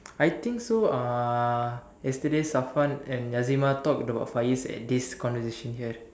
I think so uh yesterday Safwan and Yazima talked about Faiz at this conversation here